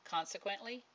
Consequently